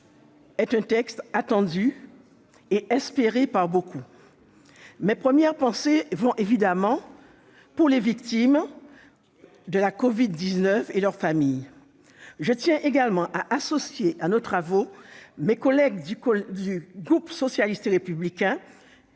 est un texte attendu et espéré par beaucoup. Mes premières pensées sont évidemment pour les victimes de la Covid-19 et leurs familles. Je tiens également à associer à nos travaux mes collègues du groupe socialiste et républicain,